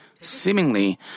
Seemingly